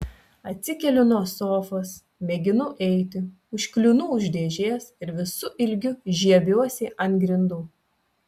atsikeliu nuo sofos mėginu eiti užkliūnu už dėžės ir visu ilgiu žiebiuosi ant grindų